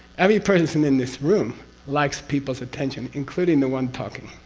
every person in this room likes people's attention, including the one talking.